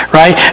right